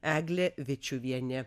eglė vičiuvienė